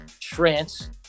trance